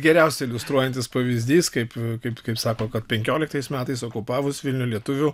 geriausiai iliustruojantis pavyzdys kaip kaip kaip sako kad penkioliktais metais okupavus vilnių lietuvių